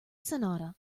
sonata